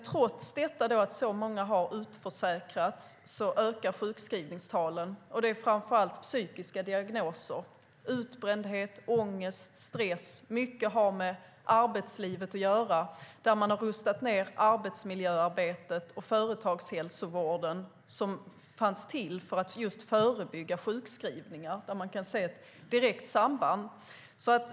Trots att många har utförsäkrats ökar sjukskrivningstalen, och det handlar framför allt om psykiska diagnoser som utbrändhet, ångest och stress. Mycket har med arbetslivet att göra, där man har rustat ned arbetsmiljöarbetet och företagshälsovården som fanns till just för att förebygga sjukskrivningar. Man kan se ett direkt samband.